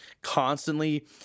constantly